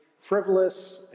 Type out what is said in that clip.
frivolous